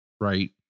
Right